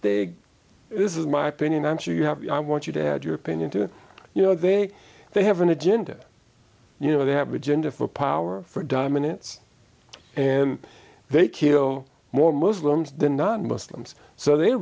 this is my opinion i'm sure you have i want you to add your opinion to you know they they have an agenda you know they have agenda for power for dominance and they kill more muslims than not muslims so they